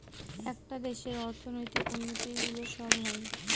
একটা দেশের অর্থনৈতিক উন্নতি গুলো সব হয়